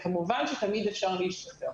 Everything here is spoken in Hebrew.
כמובן שתמיד אפשר להשתפר.